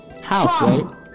House